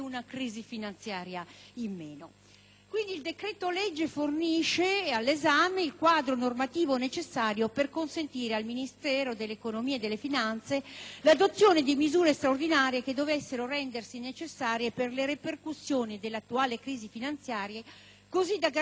meno. Il decreto-legge in esame fornisce il quadro normativo necessario per consentire al Ministero dell'economia e delle finanze l'adozione di misure straordinarie che dovessero rendersi necessarie, a causa delle ripercussioni legate all'attuale crisi finanziaria, per garantire la stabilità del sistema e